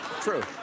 true